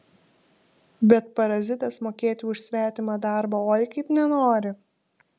bet parazitas mokėti už svetimą darbą oi kaip nenori